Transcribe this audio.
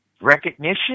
recognition